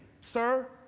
Sir